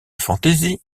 fantaisie